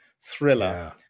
thriller